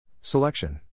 Selection